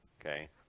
okay